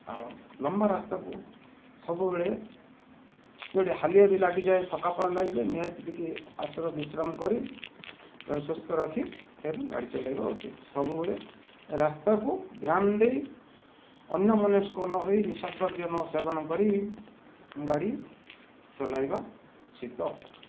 ଆଉ ଲମ୍ବା ରାସ୍ତାକୁ ସବୁବେଳେ ଯେଉଁଠି ହାଲିଆ ବି ଲାଗିଯାଏ ଥକ୍କାପଣ ଲାଗିଯାଏ ନିହାତି ଟିକେ ବିଶ୍ରାମ କରି ସୁସ୍ଥ ରଖି ଗାଡ଼ି ଚଲାଇବା ଉଚିତ୍ ସବୁବେଳେ ରାସ୍ତାକୁ ଧ୍ୟାନ ଦେଇ ଅନ୍ୟମନସ୍କ ନ ହୋଇ ନିଶାଦ୍ରବ୍ୟ ନସେବନ କରି ଗାଡ଼ି ଚଲାଇବା ଉଚିତ୍